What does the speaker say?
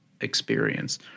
experience